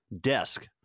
desk